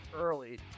early